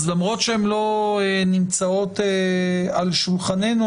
אז למרות שהן לא נמצאות על שולחננו,